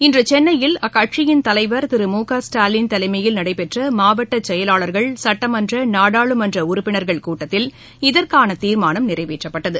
இன்று சென்னையில் அக்கட்சியின் தலைவர் திரு மு க ஸ்டாலின் தலைமையில் நடைபெற்ற மாவட்ட செயலாளர்கள் சட்டமன்ற நாடாளுமன்ற உறுப்பினர்கள் கூட்டத்தில் இதற்கான தீர்மானம் நிறைவேற்றப்பட்டது